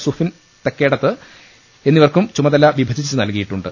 സുബിൻ തെക്കേടത്ത് എന്നിവർക്കും ചുമതല വിഭജിച്ച് നൽകി യിട്ടുണ്ട്